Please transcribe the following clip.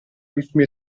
ritmi